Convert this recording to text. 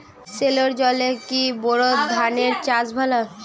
সেলোর জলে কি বোর ধানের চাষ ভালো?